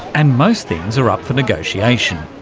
and most things are up for negotiation.